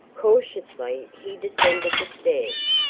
cautiously he descended the stairs,